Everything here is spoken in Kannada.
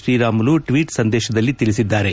ಶ್ರೀರಾಮುಲು ಟ್ವೇಟ್ ಸಂದೇಶದಲ್ಲಿ ತಿಳಿಸಿದ್ದಾರೆ